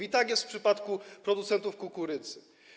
I tak jest w przypadku producentów kukurydzy.